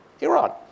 Iran